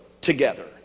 together